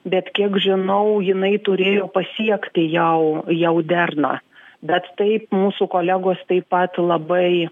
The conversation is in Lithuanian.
bet kiek žinau jinai turėjo pasiekti jau jau derną bet taip mūsų kolegos taip pat labai